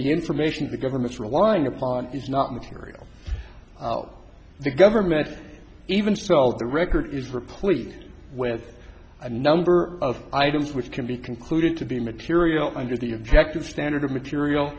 the information the government's relying upon is not material out the government even so the record is replete with a number of items which can be concluded to be material under the objective standard of material